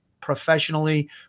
professionally